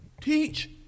teach